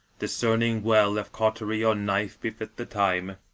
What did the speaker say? discerning well if cautery or knife befit the time.